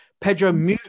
Pedro